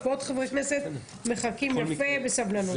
יש פה עוד חברי כנסת, מחכים יפה, בסבלנות.